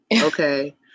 okay